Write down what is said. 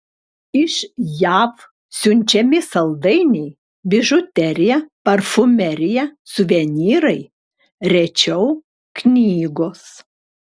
iš jav siunčiami saldainiai bižuterija parfumerija suvenyrai rečiau knygos